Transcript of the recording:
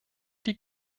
die